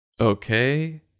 Okay